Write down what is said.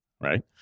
right